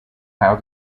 how